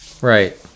Right